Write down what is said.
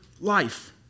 life